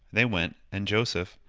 they went, and joseph,